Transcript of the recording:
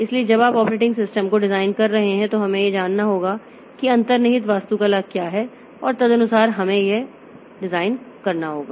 इसलिए जब आप ऑपरेटिंग सिस्टम को डिज़ाइन कर रहे हैं तो हमें यह जानना होगा कि अंतर्निहित वास्तुकला क्या है और तदनुसार हमें यह डिज़ाइन करना होगा